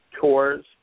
tours